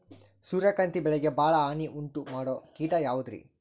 ಸೂರ್ಯಕಾಂತಿ ಬೆಳೆಗೆ ಭಾಳ ಹಾನಿ ಉಂಟು ಮಾಡೋ ಕೇಟ ಯಾವುದ್ರೇ?